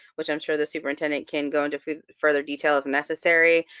which i'm sure the superintendent can go into further detail, if necessary.